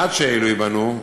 עד שאלה ייבנו,